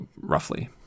roughly